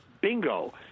Bingo